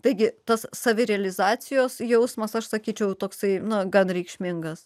taigi tas savirealizacijos jausmas aš sakyčiau toksai na gan reikšmingas